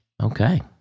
Okay